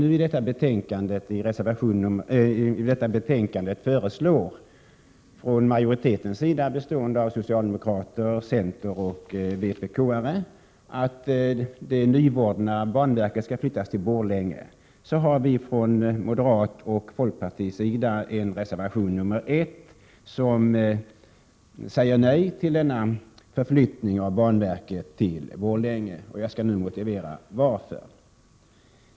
I detta betänkande föreslår utskottsmajoriteten, bestående av socialdemokraterna, centern och vpk, att det nyvordna banverket skall flyttas till Borlänge. Vi har från moderaternas och folkpartiets sida reserverat oss mot detta och säger nej till denna förflyttning av banverket. Jag skall här motivera varför.